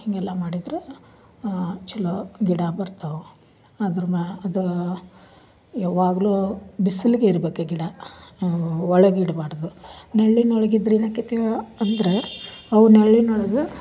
ಹೀಗೆಲ್ಲ ಮಾಡಿದರೆ ಚಲೋ ಗಿಡ ಬರ್ತವು ಅದ್ರ್ನ ಅದು ಯಾವಾಗಲು ಬಿಸಿಲಿಗೆ ಇರ್ಬೇಕು ಗಿಡ ಒಳಗೆ ಇಡ್ಬಾರದು ನೆರಳಿನೊಳಗಿದ್ದರೇನೆ ಅಂದರೆ ಅವ ನೆರಳಿನೊಳಗೆ